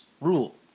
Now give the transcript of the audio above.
rule